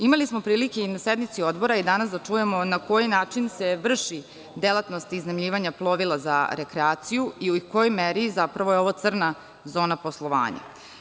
Imali smo prilike i na sednici Odbora danas da čujemo na koji način se vrši delatnost iznajmljivanja vozila za rekreaciju i u kojoj meri je zapravo ovo crna zona poslovanja.